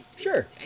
Sure